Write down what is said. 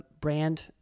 brand